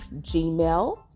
gmail